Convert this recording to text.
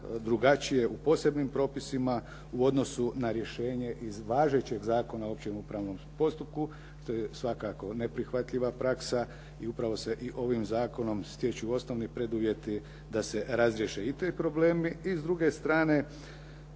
drugačije u posebnim propisima u odnosu na rješenje iz važećeg Zakona o općem upravnom postupku. To je svakako neprihvatljiva praksa i upravo se i ovim zakonom stječu osnovni preduvjeti da se razriješe i ti problemi. I s druge strane